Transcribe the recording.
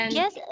yes